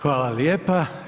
Hvala lijepa.